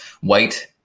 White